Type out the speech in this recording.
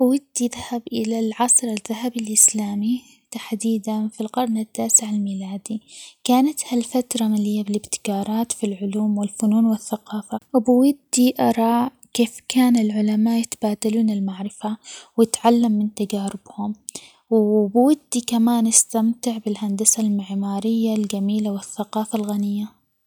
بختار أتخلص من الفقر، الفقر هو جذور العديد من المشكلات الأخرى مثل الجريمة الصحة التعليم. فبالتخلص من الفقر يمكن إني أساعد الناس في الحصول على فرص أفضل تعليم جيد ورعاية صحية وعالم بلا فقر يعني عالم أكثر استقرار وسلام حيث يمكن للجميع أن يعيشوا بكرامة.